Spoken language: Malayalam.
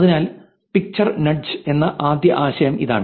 അതിനാൽ പിക്ചർ നഡ്ജ് എന്ന ആദ്യ ആശയം ഇതാണ്